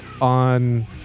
on